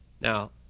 Now